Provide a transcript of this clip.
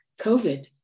COVID